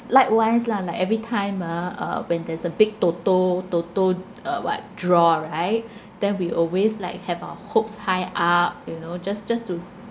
likewise lah like everytime ah uh when there's a big toto toto uh what draw right then we always like have our hopes high up you know just just to